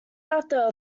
after